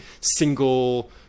single